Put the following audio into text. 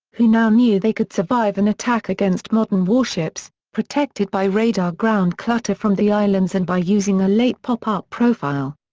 who now knew they could survive an attack against modern warships, protected by radar ground clutter from the islands and by using a late pop-up profile.